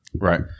Right